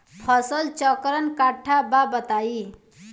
फसल चक्रण कट्ठा बा बताई?